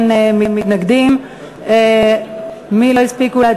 לדיון מוקדם בוועדת העבודה,